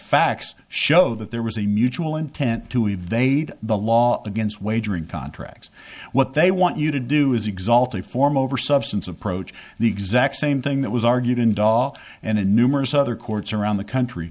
facts show that there was a mutual intent to evade the law against wagering contracts what they want you to do is exalted form over substance approach the exact same thing that was argued in dawe and in numerous other courts around the country